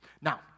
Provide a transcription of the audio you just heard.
Now